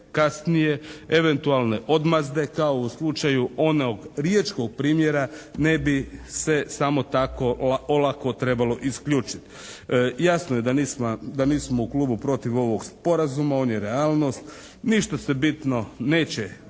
kasnije eventualne odmazde kao u slučaju onog riječkog primjerna ne bi se samo tako olako trebalo isključiti. Jasno je da nismo u klubu protiv ovog sporazuma. On je realnost. Ništa se bitno neće